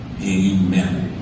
Amen